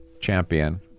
champion